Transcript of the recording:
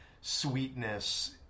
sweetness